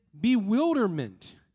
bewilderment